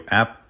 app